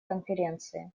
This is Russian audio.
конференции